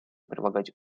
прилагать